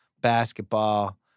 basketball